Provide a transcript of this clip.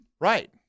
Right